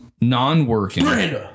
non-working